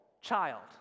child